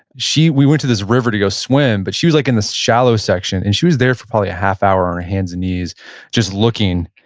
we went to this river to go swim, but she was like in the shallow section. and she was there for probably a half hour on her hands and knees just looking.